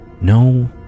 No